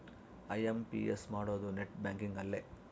IMPS ಮಾಡೋದು net banking ಅಲ್ಲೆ